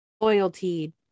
loyalty